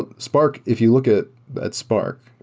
but spark, if you look at at spark,